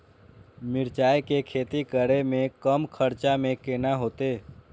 मिरचाय के खेती करे में कम खर्चा में केना होते?